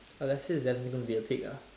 uh Leslie is definitely gonna be a pig ah